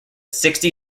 sixty